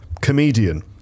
Comedian